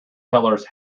tellers